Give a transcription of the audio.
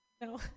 No